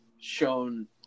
shown –